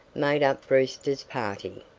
made up brewster's party.